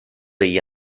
degli